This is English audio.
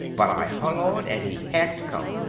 but i hung on and he had to come!